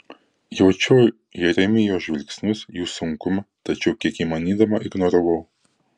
jaučiau jeremijo žvilgsnius jų sunkumą tačiau kiek įmanydama ignoravau